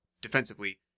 defensively